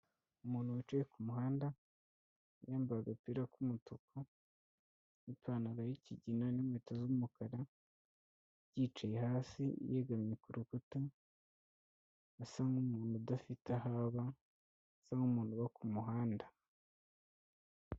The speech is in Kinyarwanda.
Umuntu wicaye ku muhanda, yambaye agapira k'umutuku n'ipantaro y'ikigina n'inkweto z'umukara, yicaye hasi yegamye ku rukuta, asa nk'umuntu udafite aho aba, asa nk'umuntu uba ku muhanda.